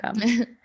come